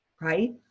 right